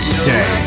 stay